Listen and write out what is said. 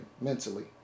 mentally